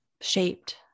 shaped